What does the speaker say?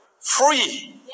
free